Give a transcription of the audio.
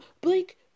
Blake